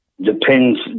Depends